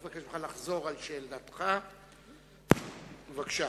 באמת מכבד את הכנסת כפרלמנטר ותיק בצורה